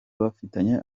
bafitanye